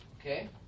Okay